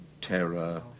terror